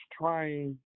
trying